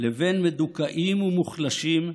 לבין מדוכאים ומוחלשים,